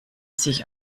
sich